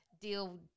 deal